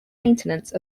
maintenance